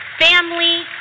Family